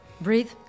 breathe